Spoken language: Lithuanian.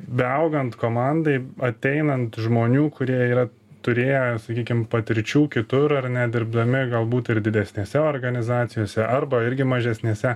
beaugant komandai ateinant žmonių kurie yra turėję sakykim patirčių kitur ar ne dirbdami galbūt ir didesnėse organizacijose arba irgi mažesnėse